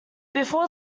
before